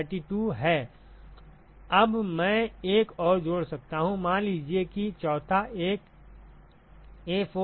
अब मैं एक और जोड़ सकता हूं मान लीजिए कि चौथा एक A4J4 है